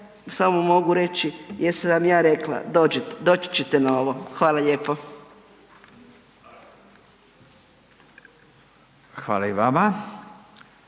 samo mogu reći, jesam vam ja rekla doći ćete na ovo. Hvala lijepo. **Radin,